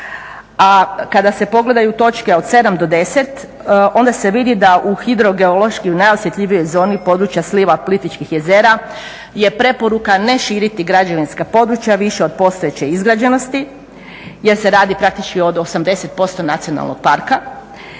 a kada se pogledaju točke od 7-10 onda se vidi da u hidrogeološkoj, u najosjetljivijoj zoni područja sliva Plitvičkih jezera je preporuka ne širiti građevinska područja više od postojeće izgrađenosti jer se radi praktički od 80% nacionalnog parka.